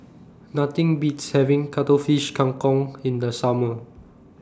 Nothing Beats having Cuttlefish Kang Kong in The Summer